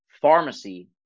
pharmacy